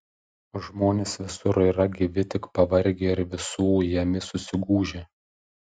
žmonės visur yra gyvi tik pavargę ir visų ujami susigūžę